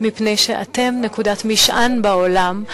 מפני שאתם נקודת משען בעולם,